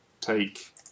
take